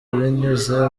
binyuze